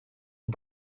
had